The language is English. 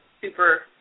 super